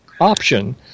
option